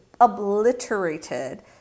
obliterated